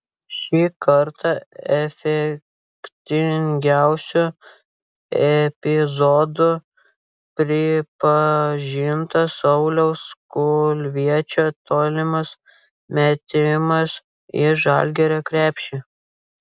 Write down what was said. šį kartą efektingiausiu epizodu pripažintas sauliaus kulviečio tolimas metimas į žalgirio krepšį